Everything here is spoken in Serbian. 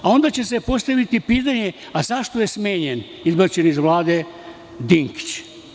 A onda će se postaviti pitanje - zašto je smenjen, izbačen iz Vlade Dinkić?